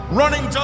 running